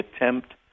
attempt